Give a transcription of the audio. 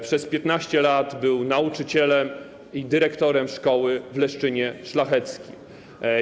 Przez 15 lat był nauczycielem i dyrektorem szkoły w Leszczynie Szlacheckim.